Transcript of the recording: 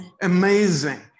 Amazing